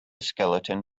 skeleton